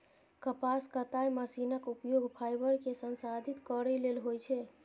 कपास कताइ मशीनक उपयोग फाइबर कें संसाधित करै लेल होइ छै